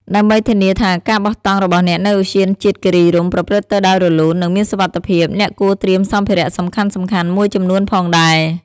ដើម្បីធានាថាការបោះតង់របស់អ្នកនៅឧទ្យានជាតិគិរីរម្យប្រព្រឹត្តទៅដោយរលូន និងមានសុវត្ថិភាព អ្នកគួរត្រៀមសម្ភារៈសំខាន់ៗមួយចំនួនផងដែរ។